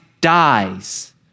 dies